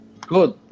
good